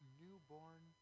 newborn